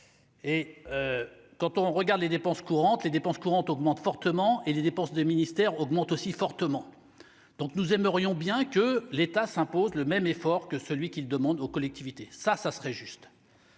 et quand on regarde les dépenses courantes, les dépenses courantes augmentent fortement, et les dépenses des ministères augmente aussi fortement, donc nous aimerions bien que l'État s'impose le même effort que celui qu'il demande aux collectivités, ça ça serait juste.